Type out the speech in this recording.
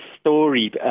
story